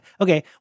Okay